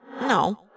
No